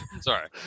Sorry